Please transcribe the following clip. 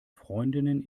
freundinnen